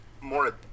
More